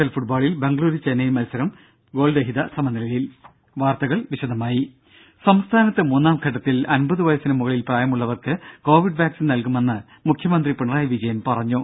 L ഫുട്ബോളിൽ ബംഗളുരു ചെന്നൈയിൻ മത്സരം ഗോൾരഹിത സമലനിലയിൽ വാർത്തകൾ വിശദമായി സംസ്ഥാനത്ത് മൂന്നാം ഘട്ടത്തിൽ അമ്പത് വയസ്സിന് മുകളിൽ പ്രായമുള്ളവർക്ക് കോവിഡ് വാക്സിൻ നൽകുമെന്ന് മുഖ്യമന്ത്രി പിണറായി വിജയൻ പറഞ്ഞു